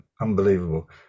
Unbelievable